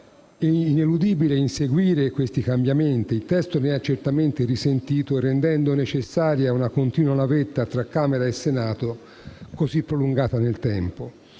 e ineludibile inseguire questi cambiamenti; il testo ne ha certamente risentito, rendendo necessaria una continua navetta tra Camera e Senato, assai prolungata nel tempo.